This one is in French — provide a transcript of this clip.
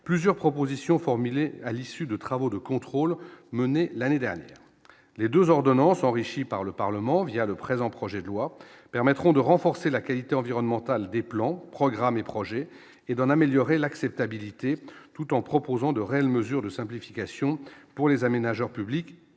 plusieurs propositions formulées à l'issue de travaux de contrôle menée l'année dernière les 2 ordonnances enrichie par le Parlement, via le présent projet de loi permettront de renforcer la qualité environnementale des plans programmes et projets et d'en améliorer l'acceptabilité tout en proposant de réelles mesures de simplification pour les aménageurs, publics